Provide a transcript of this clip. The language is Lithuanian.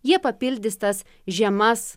jie papildys tas žemas